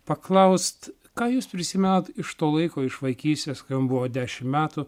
paklaust ką jūs prisimenat iš to laiko iš vaikystės kai jum buvo dešim metų